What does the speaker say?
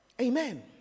Amen